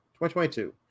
2022